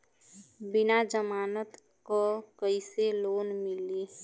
बिना जमानत क कइसे लोन मिली?